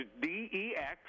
D-E-X